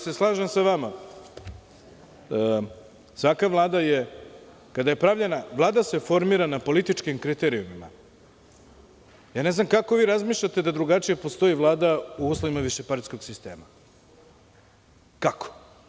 Slažem se sa vama, svaka vlada je kada je pravljena, vlada se formira na političkim kriterijumima, ne znam kako vi razmišljate da drugačije postoji Vlada u uslovima višepartijskog sistema, kako?